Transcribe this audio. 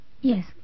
Yes